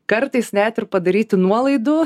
kartais net ir padaryti nuolaidų